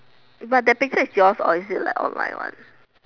but that picture is yours or is it like all my one